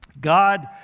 God